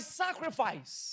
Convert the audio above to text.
sacrifice